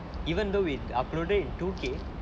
even though we uploaded in two K